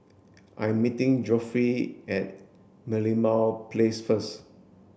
I'm meeting Godfrey at Merlimau Place first